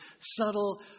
subtle